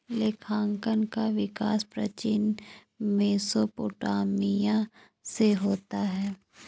लेखांकन का विकास प्राचीन मेसोपोटामिया से होता है